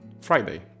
friday